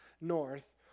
North